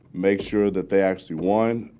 make sure that they actually, one,